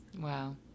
Wow